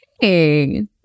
Hey